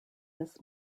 this